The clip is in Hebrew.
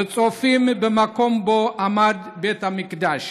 צופים במקום שבו עמד בית המקדש